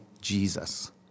Jesus